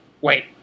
Wait